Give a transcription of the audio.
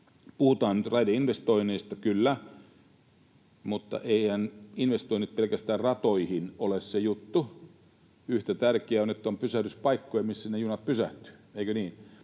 Puhutaan raideinvestoinneista, kyllä, mutta eiväthän pelkästään investoinnit ratoihin ole se juttu. Yhtä tärkeää, että on pysähdyspaikkoja, missä ne junat pysähtyvät,